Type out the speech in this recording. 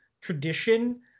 tradition